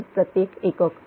003 प्रत्येक एकक